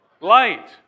light